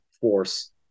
force